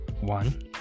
one